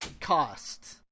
cost